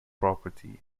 property